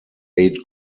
eight